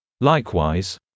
Likewise